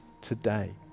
Today